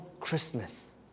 Christmas